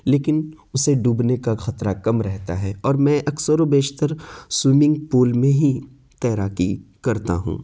لیکن اسے ڈوبنے کا خطرہ کم رہتا ہے اور میں اکثر و بیشر سوئمنگ پل میں ہی تیراکی کرتا ہوں